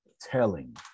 telling